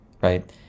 right